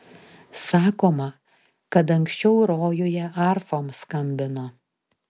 sakoma kad anksčiau rojuje arfom skambino